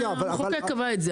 המחוקק קבע את זה.